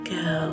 go